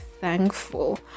thankful